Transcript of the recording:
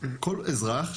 כל אזרח,